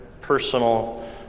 personal